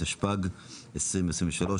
התשפ"ג-2023 (מ/1612),